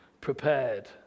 prepared